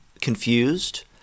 confused